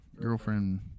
girlfriend